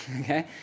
Okay